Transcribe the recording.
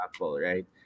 right